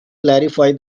clarify